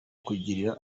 kugirira